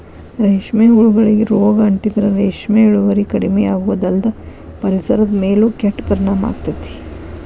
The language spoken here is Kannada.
ರೇಷ್ಮೆ ಹುಳಗಳಿಗೆ ರೋಗ ಅಂಟಿದ್ರ ರೇಷ್ಮೆ ಇಳುವರಿ ಕಡಿಮಿಯಾಗೋದಲ್ದ ಪರಿಸರದ ಮೇಲೂ ಕೆಟ್ಟ ಪರಿಣಾಮ ಆಗ್ತೇತಿ